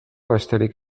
besterik